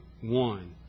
one